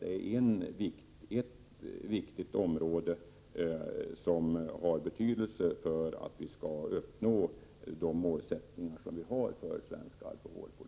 Det är ett område som har betydelse för våra möjligheter att uppnå de mål som vi har satt upp för svensk alkoholpolitik.